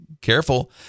careful